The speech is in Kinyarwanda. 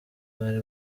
bari